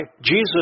Jesus